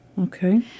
Okay